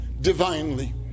divinely